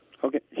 Okay